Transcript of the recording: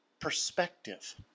perspective